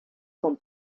con